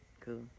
Cool